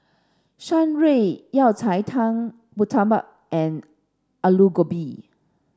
Shan Rui Yao Cai Tang Murtabak and Aloo Gobi